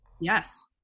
Yes